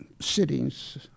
Sittings